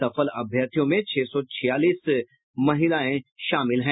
सफल अभ्यर्थियों में छह सौ छियालीस महिलायें शामिल हैं